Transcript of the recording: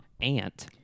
ant